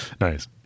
Nice